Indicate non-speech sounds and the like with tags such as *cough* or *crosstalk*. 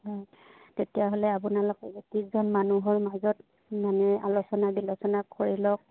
হয় তেতিয়াহ'লে আপোনালোকে *unintelligible* মানুহৰ মাজত মানে আলোচনা বিলোচনা কৰি লওক